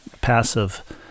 passive